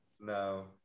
No